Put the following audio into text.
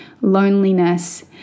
loneliness